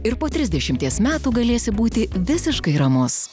ir po trisdešimties metų galėsi būti visiškai ramus